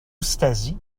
stasi